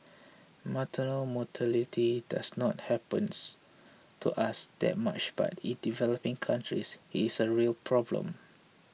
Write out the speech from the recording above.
maternal mortality does not happens to us that much but in developing countries it's a real problem